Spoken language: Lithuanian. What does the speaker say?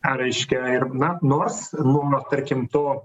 ar reiškia ir na nors mum tarkim to